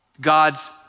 God's